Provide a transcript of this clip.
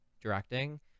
directing